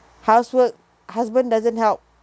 housework husband doesn't help